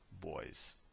boys